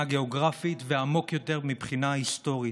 גיאוגרפית ועמוק יותר מבחינה היסטורית.